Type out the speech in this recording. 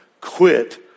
quit